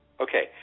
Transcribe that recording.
Okay